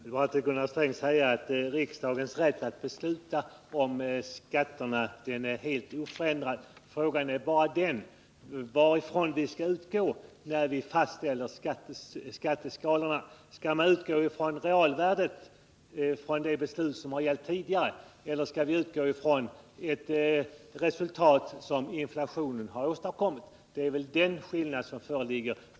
Herr talman! Jag vill till Gunnar Sträng säga att riksdagens rätt att besluta om skatterna är helt oförändad. Frågan är bara varifrån vi skall utgå när vi fastställer skatteskalorna. Skall vi utgå från realvärdet och från det beslut som har gällt tidigare, eller skall vi utgå från ett resultat som inflationen har åstadkommit? Det är den skillnad som föreligger.